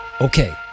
Okay